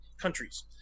countries